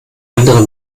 andere